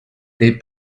dei